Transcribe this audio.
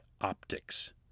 optics